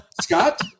Scott